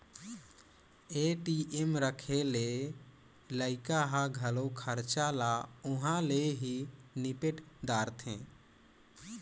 ATM राखे ले लइका ह घलो खरचा ल उंहा ले ही निपेट दारथें